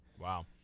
Wow